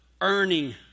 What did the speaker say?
earning